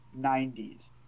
90s